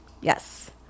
yes